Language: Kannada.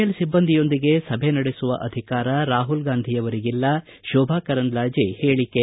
ಎಲ್ ಸಿಬ್ಬಂದಿಯೊಂದಿಗೆ ಸಭೆ ನಡೆಸುವ ಅಧಿಕಾರ ರಾಹುಲ್ ಗಾಂಧಿಯವರಿಗಿಲ್ಲ ಶೋಭಾ ಕರಂದ್ಲಾಜೆ ಹೇಳಿಕೆ